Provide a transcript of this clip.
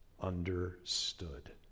understood